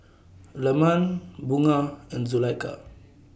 Leman Bunga and Zulaikha